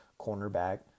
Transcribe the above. cornerback